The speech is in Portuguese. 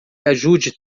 ajude